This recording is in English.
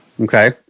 Okay